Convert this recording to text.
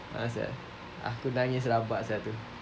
a'ah sia aku nangis rabak sia tu